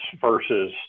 versus